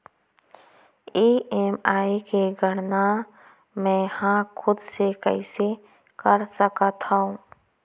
EMI के गड़ना मैं हा खुद से कइसे कर सकत हव?